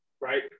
right